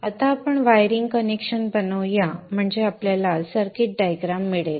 आता आपण wiring connection बनवूया म्हणजे आपल्याला सर्किट डायग्राम मिळेल